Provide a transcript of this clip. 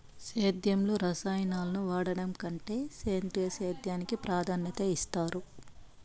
సేద్యంలో రసాయనాలను వాడడం కంటే సేంద్రియ సేద్యానికి ప్రాధాన్యత ఇస్తారు